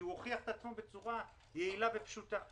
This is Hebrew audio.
כי הוא הוכיח את עצמו בצורה יעילה ופשוטה.